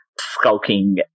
skulking